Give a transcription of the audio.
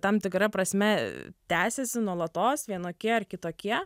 tam tikra prasme tęsiasi nuolatos vienokie ar kitokie